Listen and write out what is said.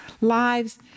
lives